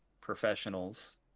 professionals